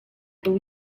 był